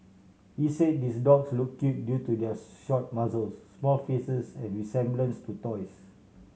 he said these dogs look cute due to their short muzzles small faces and resemblance to toys